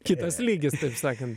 kitas lygis sakant